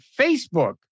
Facebook